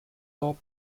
top